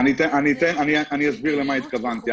אסביר למה התכוונתי.